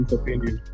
opinion